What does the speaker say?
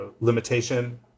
limitation